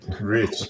Rich